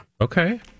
Okay